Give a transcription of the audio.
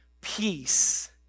peace